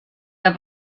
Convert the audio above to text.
der